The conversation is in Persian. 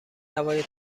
هوای